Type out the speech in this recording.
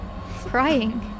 crying